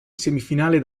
semifinale